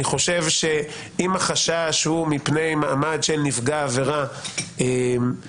אני חושב שאם החשש הוא מפני מעמד של נפגע עבירה בהליך